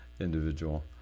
individual